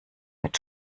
mit